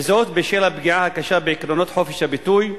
וזאת בשל הפגיעה הקשה בעקרונות חופש הביטוי,